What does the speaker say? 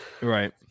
right